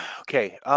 Okay